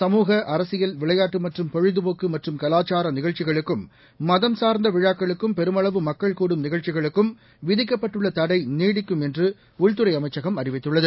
சமூக அரசியல் விளையாட்டுமற்றும் பொழுதுபோக்குமற்றும் கவாச்சாரநிகழ்ச்சிகளுக்கும் மதம் சார்ந்தவிழாக்களுக்கும் பெருமளவு மக்கள் கூடும் நிகழ்ச்சிகளுக்கும் விதிக்கப்பட்டுள்ளதடைநீடிக்கும் என்றுஉள்துறைஅமைச்சகம் அறிவித்துள்ளது